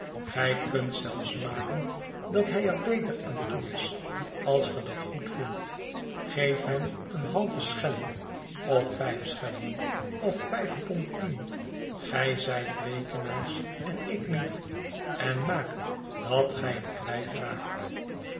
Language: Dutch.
gij kunt zelfs maken dat hij er beter aan toe is als ge dat goed vindt geef hem een halve schelling of vijf schellingen of vijf pond tien gij zijt rekenaars en ik niet en maakt dat gij hem